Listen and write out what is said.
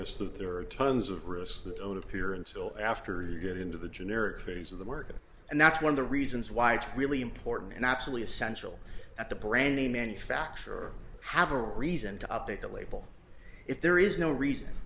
us that there are tons of risks that only appear until after you get into the generic phase of the work and that's one of the reasons why it's really important and absolutely essential that the brand name manufacturer have a reason to update the label if there is no reason